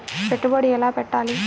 పెట్టుబడి ఎలా పెట్టాలి?